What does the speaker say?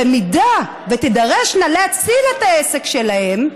במידה שתידרשנה להציל את העסק שלהן,